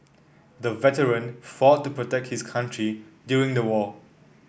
the veteran fought to protect his country during the war